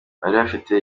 bafite